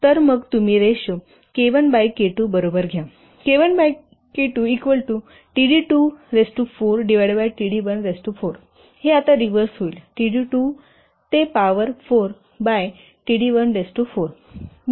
तर मग तुम्ही रेशो K 1 बाय K 2 बरोबर घ्या K1K2 td24td14 हे आता रिव्हर्स होईल t d 2 ते पॉवर 4 बाय t d 1 4